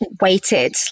waited